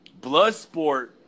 Bloodsport